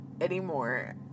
anymore